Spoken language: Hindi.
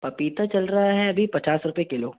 पपीता चल रहा है अभी पचास रुपये किलो